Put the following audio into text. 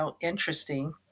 interesting